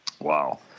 Wow